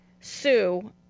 sue